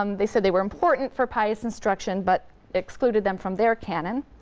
um they said they were important for pious instruction but excluded them from their canon.